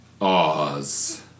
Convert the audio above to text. Oz